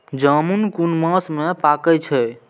जामून कुन मास में पाके छै?